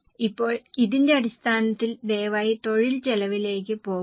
ഇപ്പോൾ ഇതിന്റെ അടിസ്ഥാനത്തിൽ ദയവായി തൊഴിൽ ചെലവിലേക്ക് പോകുക